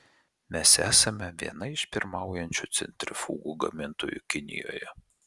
mes esame viena iš pirmaujančių centrifugų gamintojų kinijoje